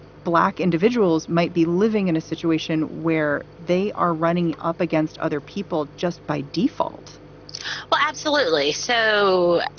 black individuals might be living in a situation where they are running up against other people just by default well, absolutely. so